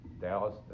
Dallas